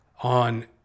on